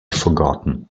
forgotten